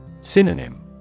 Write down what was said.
Synonym